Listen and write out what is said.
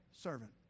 Servant